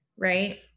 Right